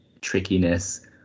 trickiness